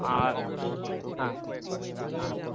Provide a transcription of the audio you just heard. আর হ্যাঁ হ্যাঁ